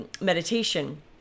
meditation